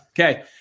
okay